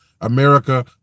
America